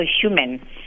human